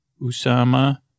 Usama